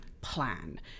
plan